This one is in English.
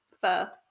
Fair